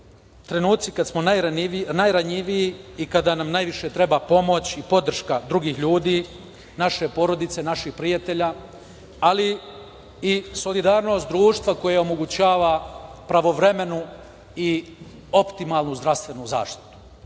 trenuci kad smo najranjiviji i kad nam najviše treba pomoć i podrška drugih ljudi, naše porodice, naših prijatelja, ali i solidarnost društva koja omogućava pravovremenu i optimalnu zdravstvenu zaštitu. Naša